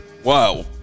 Wow